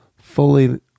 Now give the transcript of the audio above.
fully